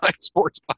Sports